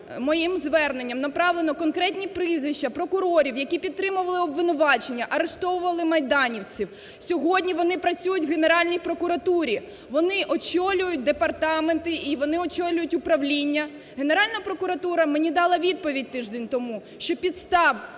моїм зверненням направлено конкретні прізвища прокурорів, які підтримували обвинувачення, арештовували майданівців; сьогодні вони працюють в Генеральній прокуратурі, вони очолюють департаменти, і вони очолюють управління. Генеральна прокуратура мені дала відповідь тиждень тому, що підстав